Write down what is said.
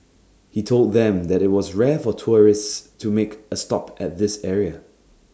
he told them that IT was rare for tourists to make A stop at this area